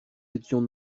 étions